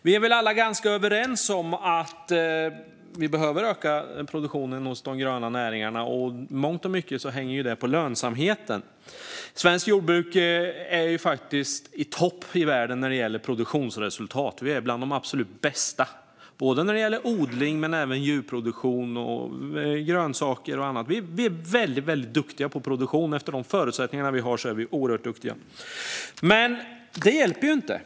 Vi är väl alla ganska överens om att vi behöver öka produktionen i de gröna näringarna, och i mångt och mycket hänger det på lönsamheten. Svenskt jordbruk är i topp i världen när det gäller produktionsresultat. Vi är bland de absolut bästa när det gäller odling men även när det gäller djurproduktion, grönsaker och annat. Vi är oerhört duktiga på produktion efter de förutsättningar vi har. Men det hjälper ju inte.